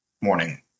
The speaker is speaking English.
morning